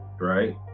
right